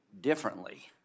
differently